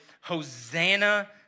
Hosanna